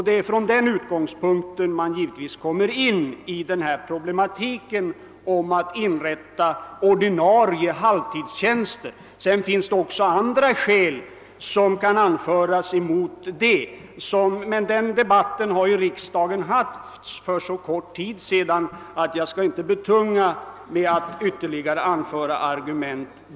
Det är från den utgångspunkten som utredningen också kommer in på problematiken om att inrätta ordinarie halvtidstjänster. Sedan kan även andra skäl anföras däremot, men den debatten hade riksdagen för så kort tid sedan, att jag inte nu skall betunga kammaren med att anföra ytterligare argument.